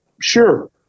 Sure